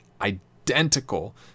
identical